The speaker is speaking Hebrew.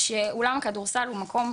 להתעקש שקבוצות,